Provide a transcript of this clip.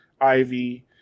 Ivy